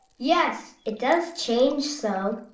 yes, it does change so.